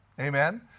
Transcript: Amen